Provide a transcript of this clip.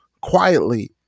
quietly